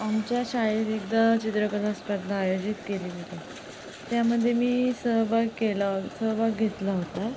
आमच्या शाळेत एकदा चित्रकला स्पर्धा आयोजित केली गेली होती त्यामध्ये मी सहभाग केला सहभाग घेतला होता